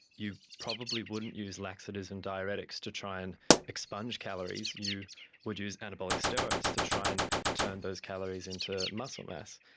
you probably wouldn't use laxatives and diuretics to try and expunge calories, you would use anabolic steroids to try and turn those calories into muscle mass.